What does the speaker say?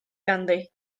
ganddi